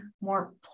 more